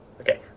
Okay